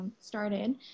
started